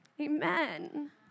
Amen